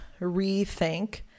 rethink